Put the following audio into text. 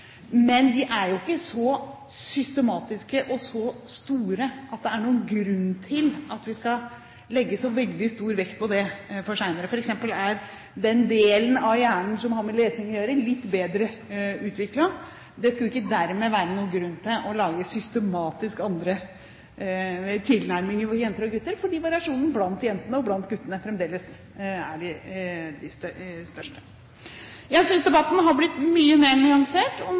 men de er jo ikke så systematiske og så store at det er noen grunn til å legge så veldig stor vekt på det videre. For eksempel er den delen av hjernen som har med lesing å gjøre, litt ulikt utviklet, men det skulle ikke dermed være noen grunn til å lage systematisk andre tilnærminger for jenter enn for gutter, fordi variasjonen blant jentene og blant guttene fremdeles er den største. Jeg synes debatten har vært mye mer nyansert